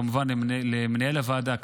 כמובן למנהל הוועדה,